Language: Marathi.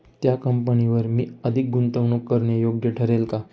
त्या कंपनीवर मी अधिक गुंतवणूक करणे योग्य ठरेल का?